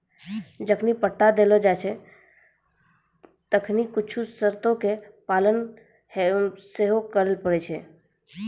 जखनि पट्टा देलो जाय छै तखनि कुछु शर्तो के पालन सेहो करै पड़ै छै